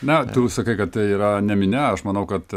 na tu sakai kad tai yra ne minia aš manau kad